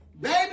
baby